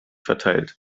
verteilt